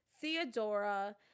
Theodora